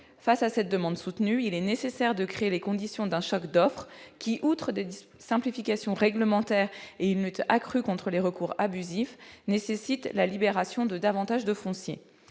Face à une demande soutenue, il est nécessaire de créer les conditions d'un choc d'offre, ce qui nécessite, outre des simplifications réglementaires et une lutte accrue contre les recours abusifs, la libération de davantage de foncier.